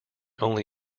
only